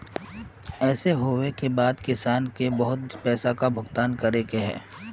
ऐसे होबे के बाद किसान के बहुत ज्यादा पैसा का भुगतान करले है?